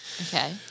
Okay